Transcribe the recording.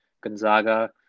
Gonzaga